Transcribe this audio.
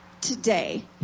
today